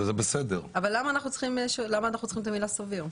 אבל למה צריך את המילה "סביר"?